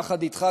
יחד אתך,